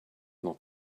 not